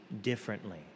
differently